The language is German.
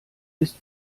ist